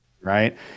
Right